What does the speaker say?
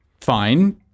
fine